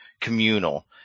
communal